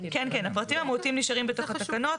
כן, הפרטים המהותיים נשארים בתוך התקנות.